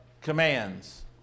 commands